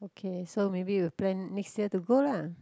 okay so maybe we plan next year to go lah